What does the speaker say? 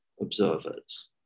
observers